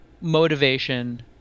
Motivation